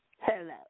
Hello